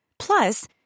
Plus